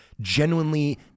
genuinely